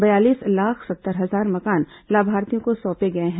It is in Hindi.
बयालीस लाख सत्तर हजार मकान लाभार्थियों को सौंपे गए हैं